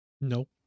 nope